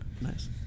Nice